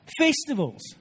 festivals